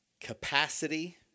capacity